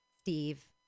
Steve